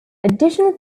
additional